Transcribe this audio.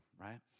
right